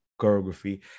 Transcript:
choreography